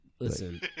Listen